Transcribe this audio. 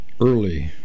early